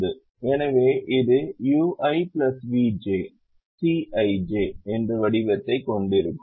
எனவே இது ui vj Cij என்ற வடிவத்தைக் கொண்டிருக்கும்